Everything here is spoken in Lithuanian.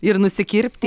ir nusikirpti